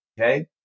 Okay